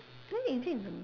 then is it the